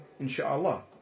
insha'Allah